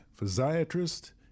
physiatrist